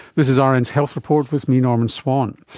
this is ah rn's health report with me, norman swan.